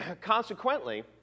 consequently